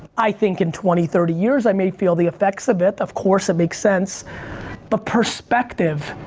i think in twenty thirty years i may feel the effects of it, of course it makes sense but perspective